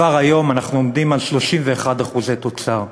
כבר היום אנחנו עומדים על 31% תוצר,